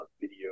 video